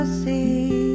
see